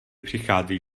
přichází